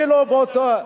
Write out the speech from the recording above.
אפילו באותו,